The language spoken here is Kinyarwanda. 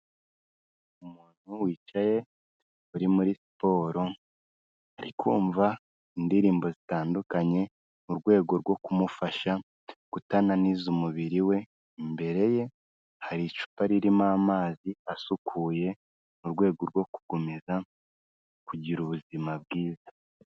Umuntu wicaye uri muri siporo, ari kumva indirimbo zitandukanye mu rwego rwo kumufasha kutananiza umubiri we, imbere ye hari icupa ririmo amazi asukuye, mu rwego rwo gukomeza kugira ubuzima bwiza.